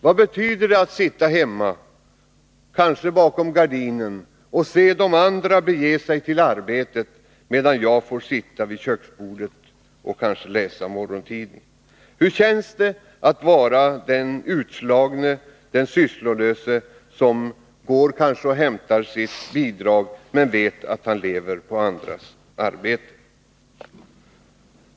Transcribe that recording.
Vad betyder det för en arbetslös att sitta hemma, kanske gömd bakom gardinen, och se de andra bege sig till arbetet, medan han själv får sitta vid köksbordet utan annat att göra än att läsa morgontidningen? Hur känns det att vara den utslagne, den sysslolöse, som går och hämtar sitt bidrag i vetskap om att han lever på andras arbete?